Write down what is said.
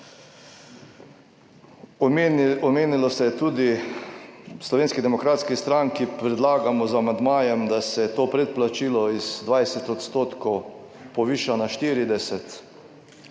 Omenilo se je tudi, v Slovenski demokratski stranki, predlagamo z amandmajem, da se to predplačilo iz 20 % poviša na 40.